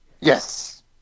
Yes